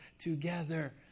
together